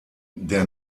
der